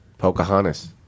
Pocahontas